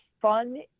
fun